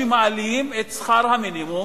כשמעלים את שכר המינימום